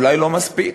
אולי לא מספיק.